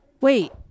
Wait